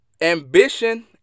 Ambition